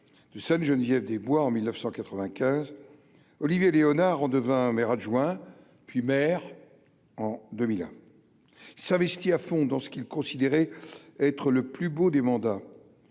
de Geneviève des Bois en 1995 Olivier Léonard ont devint maire adjoint puis maire en 2001, s'investit à fond dans ce qu'il considérait être le plus beau des mandats